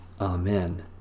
Amen